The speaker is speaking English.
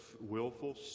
willful